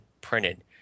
printed